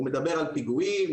הוא מדבר על פיגועים,